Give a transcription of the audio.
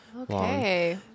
Okay